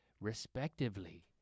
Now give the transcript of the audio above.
respectively